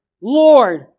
Lord